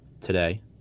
today